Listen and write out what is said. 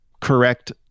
correct